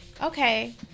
okay